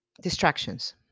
distractions